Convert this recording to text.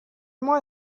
moi